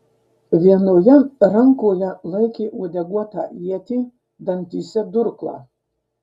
vienoje rankoje laikė uodeguotą ietį dantyse durklą